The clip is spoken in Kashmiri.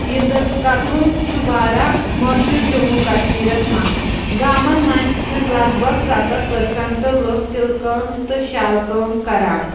یِنٛدر کَتُن چھِ واراہ مشہوٗر جموں کشمیٖرس منٛز گامَن منٛز چھِ لگ بگ ستتھ پرسنٹ لُکھ تِلہٕ کٲم تہٕ شالہٕ کٲم کران